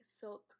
silk